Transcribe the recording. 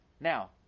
Now